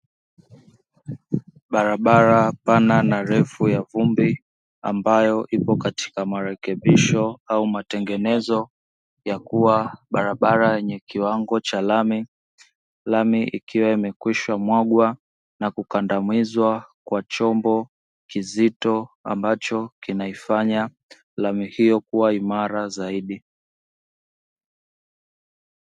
Barabara pana na ndefu ya vumbi ambayo ipo katika marekebisho au matengenezo ya kuwa barabara yenye kiwango cha lami, lami ikiwa imekwisha mwagwa na kukandamizwa kwa chombo kizito ambacho kinaifanya lami hiyo kuwa imara zaidi.